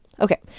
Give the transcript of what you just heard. Okay